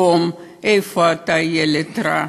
תום, איפה אתה, ילד רע?"